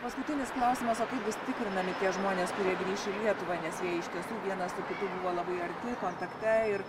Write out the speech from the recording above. paskutinis klausimas o kaip bus tikrinami tie žmonės kurie grįš į lietuvą nes jie iš tiesų vienas kitų buvo labai arti kontakte ir